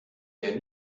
der